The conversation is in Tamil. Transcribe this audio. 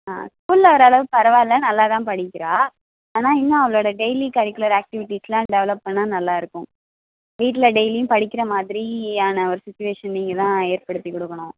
ஆ ஸ்கூலில் ஓரளவு பரவாயில்ல நல்லா தான் படிக்கிறாள் ஆனால் இன்னும் அவளோடய டெய்லி கரிக்குலர் ஆக்டிவிட்டிஸெலாம் டெவலப் பண்ணால் நல்லா இருக்கும் வீட்டில் டெய்லியும் படிக்கிற மாதிரியான ஒரு சுட்சிவேஷன் நீங்கள் தான் ஏற்படுத்தி கொடுக்கணும்